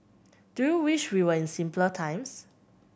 do you wish we were in simpler times